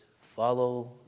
Follow